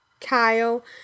Kyle